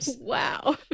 Wow